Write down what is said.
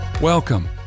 Welcome